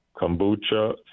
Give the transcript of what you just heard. kombucha